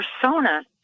persona